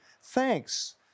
thanks